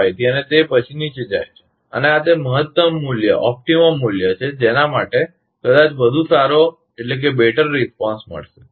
25 થી અને તે પછી નીચે જાય છે અને આ તે મહત્તમ મૂલ્ય છે જેના માટે કદાચ વધુ સારો પ્રતિસાદ મળશે